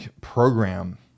program